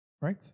right